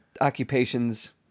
occupations